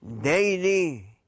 Daily